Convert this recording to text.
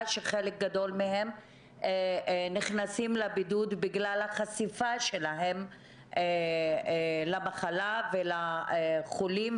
שחלק גדול מהם נכנסים לבידוד בגלל החשיפה שלהם למחלה ולחולים,